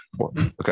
Okay